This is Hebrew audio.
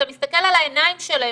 אתה מסתכל על העיניים שלהם,